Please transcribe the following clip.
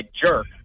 jerk